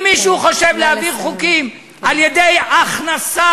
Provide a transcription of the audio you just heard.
אם מישהו חושב להעביר חוקים על-ידי הכנסה